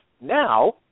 Now